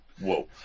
whoa